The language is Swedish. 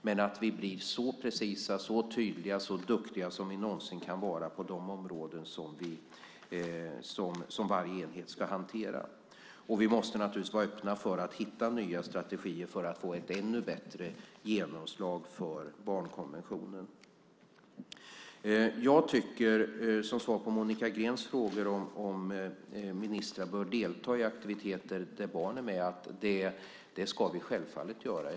Vi ska bli så precisa, så tydliga och så duktiga som vi någonsin kan vara på de områden som varje enhet ska hantera. Vi måste naturligtvis vara öppna för att hitta nya strategier för att få ett ännu bättre genomslag för barnkonventionen. Som svar på Monica Greens frågor om ministrar bör delta i aktiviteter där barn är med vill jag säga att jag tycker att vi självfallet ska göra det.